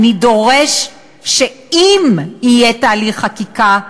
אני דורש שאם יהיה תהליך חקיקה,